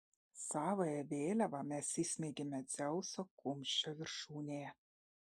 savąją vėliavą mes įsmeigėme dzeuso kumščio viršūnėje